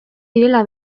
direla